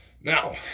Now